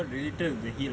okay lah then okay lah